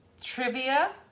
Trivia